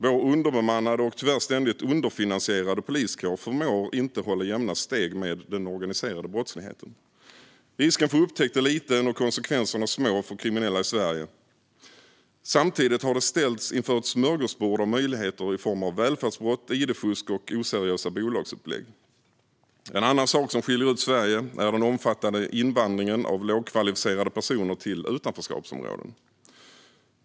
Vår underbemannade och tyvärr ständigt underfinansierade poliskår förmår inte att hålla jämna steg med den organiserade brottsligheten. Risken för upptäckt är liten och konsekvenserna små för kriminella i Sverige. Samtidigt har de ställts inför ett smörgåsbord av möjligheter i form av välfärdsbrott, id-fusk och oseriösa bolagsupplägg. En annan sak som skiljer ut Sverige är den omfattande invandringen av lågkvalificerade personer till utanförskapsområden.